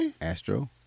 Astro